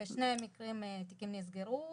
בשני המקרים התיקים נסגרו,